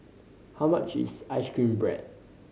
how much is ice cream bread